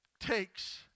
takes